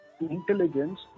Intelligence